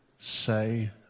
say